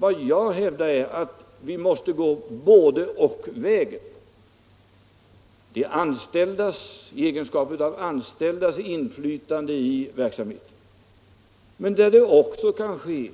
Vad jag hävdar är att vi måste gå både-och-vägen med de anställdas inflytande över verksamheten i egenskap av anställda men kanske